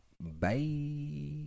Bye